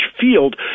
field